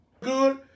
Good